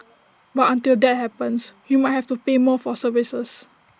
but until that happens we might have to pay more for services